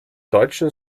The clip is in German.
deutschen